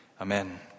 Amen